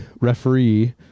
referee